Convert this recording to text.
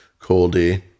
Coldy